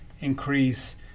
increase